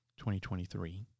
2023